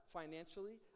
financially